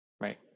Right